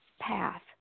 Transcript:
path